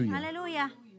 Hallelujah